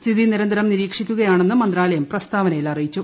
സ്ഥിതി നിരന്തരം നിരീക്ഷിക്കുകയാണെന്നും മന്ത്രാലയം പ്രസ്താവനയിൽ അറിയിച്ചു